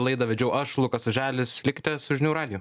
laidą vedžiau aš lukas oželis likite su žinių radiju